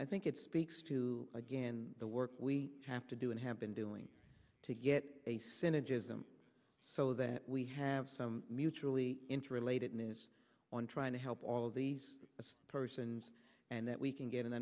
i think it speaks to again the work we have to do and have been doing to get a synergism so that we have some mutually interrelatedness on trying to help all these persons and that we can get an